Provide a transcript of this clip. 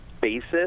basis